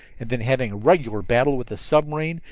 and then having a regular battle with the submarine,